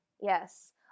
Yes